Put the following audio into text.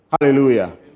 Hallelujah